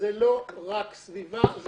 זה לא רק סביבה.